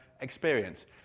experience